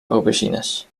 aubergines